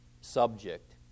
subject